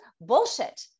bullshit